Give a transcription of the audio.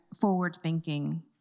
forward-thinking